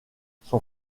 son